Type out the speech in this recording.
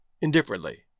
indifferently